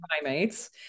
primates